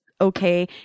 okay